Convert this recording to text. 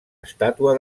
estàtua